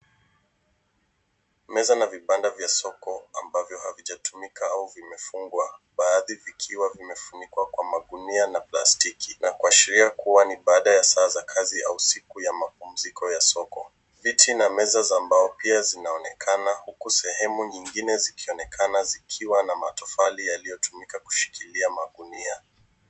Meza na vibanda vya soko ambavyo havijatumika au vimefungwa baadhi vikiwa vimefunikwa kwa magunia na plastiki na kuashiria kuwa ni baada ya saa za kazi au siku ya mapumziko ya soko. Viti na meza za mbao pia zinaonekana huku sehemu nyingine zikionekana zikiwa na matofari yaliyo tumika kushikiria magunia.